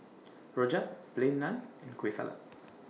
Rojak Plain Naan and Kueh Salat